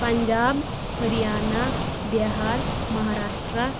Punjab Haryana Bihar Maharashtra